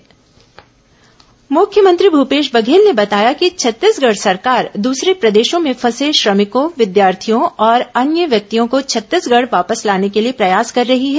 corona मुख्यमंत्री साक्षात्कार मुख्यमंत्री भूपेश बघेल ने बताया है कि छत्तीसगढ़ सरकार दूसरे प्रदेशों में फंसे श्रमिकों विद्यार्थियों और अन्य व्यक्तियों को छत्तीसगढ़ वापस लाने के लिए प्रयास कर रही है